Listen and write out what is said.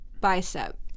bicep